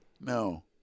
No